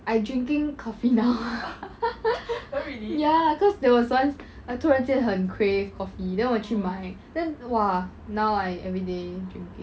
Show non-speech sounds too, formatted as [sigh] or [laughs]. I drinking coffee now [laughs] ya cause there was once I 突然间很 crave coffee then 我去买 then !wah! now I everyday drinking